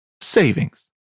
savings